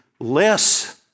less